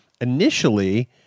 Initially